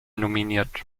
nominiert